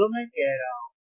जो मैं कह रहा हूं